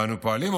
ואנו פועלים,